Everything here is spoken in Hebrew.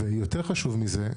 ויותר חשוב מזה,